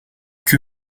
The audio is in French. que